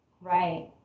Right